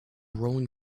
rolling